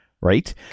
Right